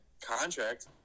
contract